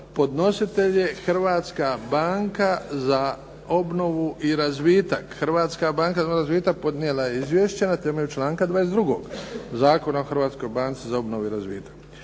Podnositelj: Hrvatska banka za obnovu i razvitak Hrvatska banka za obnovu i razvitak podnijela je izvješće na temelju članka 22. Zakona o Hrvatskoj banci za obnovu i razvitak.